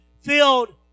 filled